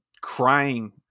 crying